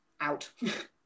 out